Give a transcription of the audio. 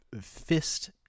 fist